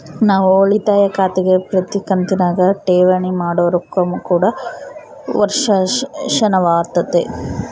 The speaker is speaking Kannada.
ನಾವು ಉಳಿತಾಯ ಖಾತೆಗೆ ಪ್ರತಿ ಕಂತಿನಗ ಠೇವಣಿ ಮಾಡೊ ರೊಕ್ಕ ಕೂಡ ವರ್ಷಾಶನವಾತತೆ